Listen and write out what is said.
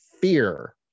fear